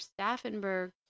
Staffenberg